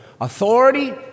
authority